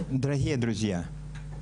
אומר דברים בשפה הרוסית.